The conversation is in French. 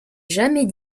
jamais